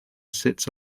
sits